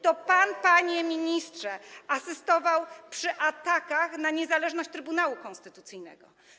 To pan, panie ministrze, asystował przy atakach na niezależność Trybunału Konstytucyjnego.